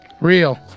Real